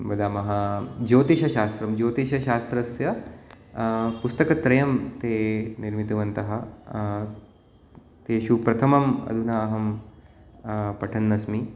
वदामः ज्योतिश्शास्त्रं ज्योतिश्शास्त्रस्य पुस्तकत्रयं ते निर्मितवन्तः तेषु प्रथमम् अधुना अहं पठन्नस्मि